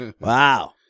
Wow